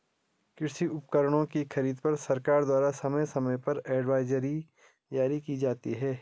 कृषि उपकरणों की खरीद पर सरकार द्वारा समय समय पर एडवाइजरी जारी की जाती है